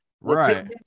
Right